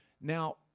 Now